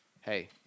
hey